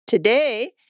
Today